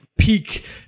peak